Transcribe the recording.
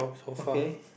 okay